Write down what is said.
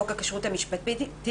חוק הכשרות המשפטית),